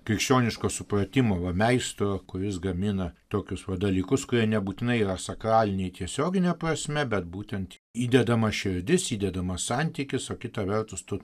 krikščioniško supratimo va meistro kuris gamina tokius dalykus kurie nebūtinai yra sakraliniai tiesiogine prasme bet būtent įdedama širdis įdedamas santykis o kita vertus tu